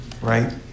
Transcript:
right